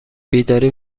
بیداری